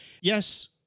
yes